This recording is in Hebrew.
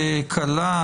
ככלה,